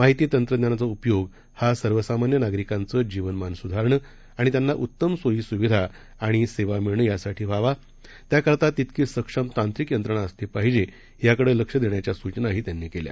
माहितीतंत्रज्ञानाचाउपयोगहासर्वसामान्यनागरिकांचंजीवनमानसुधारणंआणित्यांनाउत्तमसोयी सुविधाआणिसेवामिळणंयासाठीव्हावा त्याकरितातितकीसक्षमतांत्रिकयंत्रणाअसलीपाहिजेयाकडेलक्षदेण्याच्यासूचनाहीत्यांनीकेल्या